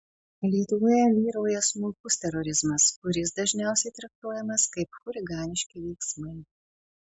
lietuvoje vyrauja smulkus terorizmas kuris dažniausiai traktuojamas kaip chuliganiški veiksmai